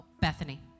Bethany